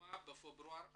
הוקמה בפברואר 2017,